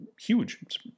huge